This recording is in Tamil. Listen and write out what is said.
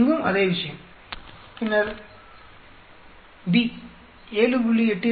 இங்கும் அதே விஷயம் பின்னர் B 7